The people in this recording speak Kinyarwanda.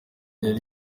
yari